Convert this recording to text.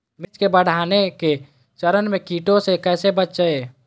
मिर्च के बढ़ने के चरण में कीटों से कैसे बचये?